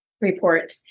report